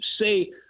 say